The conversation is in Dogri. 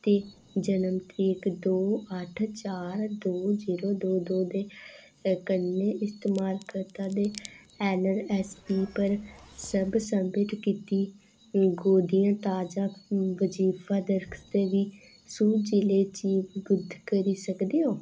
ते जनम तरीक दो अट्ठ चार दो जीरो दो दो दे कन्नै इस्तमालकर्ता दे ए नर एस पी पर सब सम्बित कीती गोदियें ताजा बजीफा दरकस्ते गी सुजिले चीबुध करी सकदे ओ